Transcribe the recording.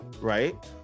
right